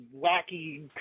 wacky